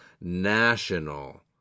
National